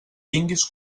tinguis